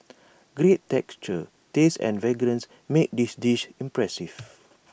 great texture taste and fragrance make this dish impressive